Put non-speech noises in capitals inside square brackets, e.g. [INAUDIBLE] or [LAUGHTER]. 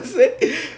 [LAUGHS]